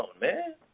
man